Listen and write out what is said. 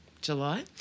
July